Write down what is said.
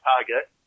target